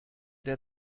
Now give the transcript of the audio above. der